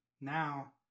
now